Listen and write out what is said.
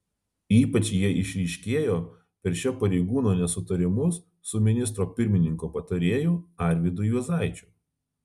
ypač jie išryškėjo per šio pareigūno nesutarimus su ministro pirmininko patarėju arvydu juozaičiu